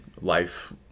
life